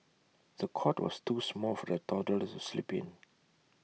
the cot was too small for the toddler to sleep in